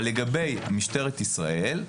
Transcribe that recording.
אבל לגבי משטרת ישראל,